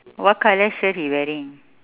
what colour shirt he wearing